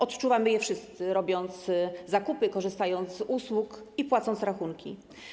Odczuwamy ją wszyscy, robiąc zakupy, korzystając z usług i płacąc rachunki.